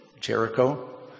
Jericho